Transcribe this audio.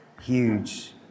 huge